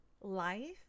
life